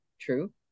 true